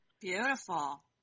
Beautiful